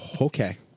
okay